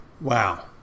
wow